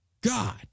God